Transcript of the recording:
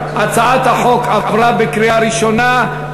הצעת החוק עברה בקריאה ראשונה,